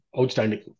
outstanding